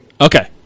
Okay